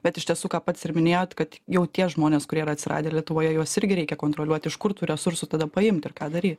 bet iš tiesų ką pats ir minėjot kad jau tie žmonės kurie yra atsiradę lietuvoj juos irgi reikia kontroliuot iš kur tų resursų tada paimt ir ką dary